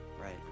Right